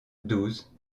douze